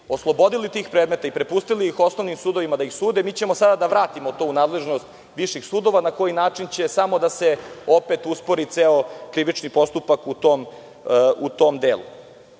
oslobodili tih predmeta i prepustili ih osnovnim sudovima da ih sude, mi ćemo sada da vratimo to u nadležnost viših sudova, na koji način će samo opet da se uspori ceo krivični postupak u tom